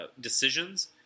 decisions